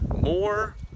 more